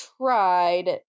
tried